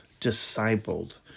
discipled